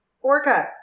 orca